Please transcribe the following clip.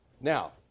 Now